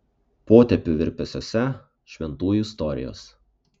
potėpių virpesiuose šventųjų istorijos